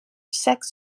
sex